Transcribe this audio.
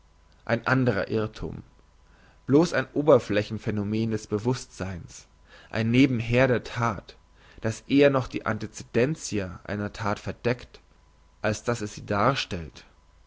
ein andrer irrthum bloss ein oberflächenphänomen des bewusstseins ein nebenher der that das eher noch die antecedentia einer that verdeckt als dass es sie darstellt